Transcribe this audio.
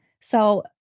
So-